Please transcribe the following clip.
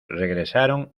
regresaron